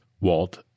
Walt